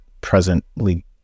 presently